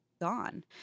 gone